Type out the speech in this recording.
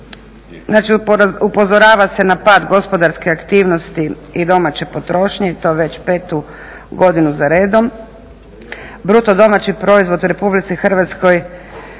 Znači upozorava se na pad gospodarske aktivnosti i domaće potrošnje i to već petu godinu zaredom. BDP u Republici Hrvatskoj